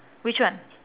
which one